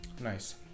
nice